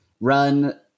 run